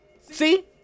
See